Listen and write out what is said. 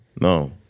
no